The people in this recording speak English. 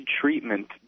Treatment